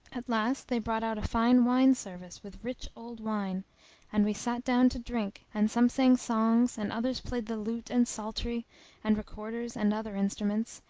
at last they brought out a fine wine service with rich old wine and we sat down to drink and some sang songs and others played the lute and psaltery and recorders and other instruments,